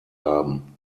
haben